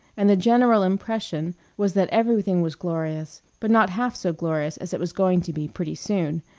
and the general impression was that everything was glorious, but not half so glorious as it was going to be pretty soon,